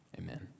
Amen